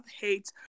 hate